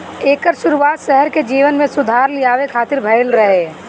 एकर शुरुआत शहर के जीवन में सुधार लियावे खातिर भइल रहे